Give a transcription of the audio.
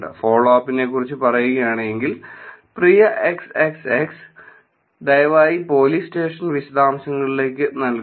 follow അപ്പ്നെക്കുറിച്ച് പറയുകയാണെങ്കിൽ "പ്രിയ XXX ദയവായി പോലീസ് സ്റ്റേഷൻ വിശദാംശങ്ങൾ നൽകുക